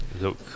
Look